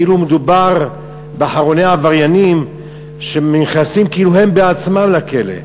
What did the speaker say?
כאילו מדובר באחרוני העבריינים שנכנסים כאילו הם בעצמם לכלא.